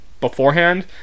beforehand